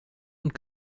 und